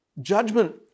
Judgment